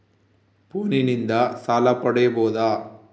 ಫೋನಿನಿಂದ ಸಾಲ ಪಡೇಬೋದ?